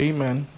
Amen